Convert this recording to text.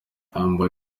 humble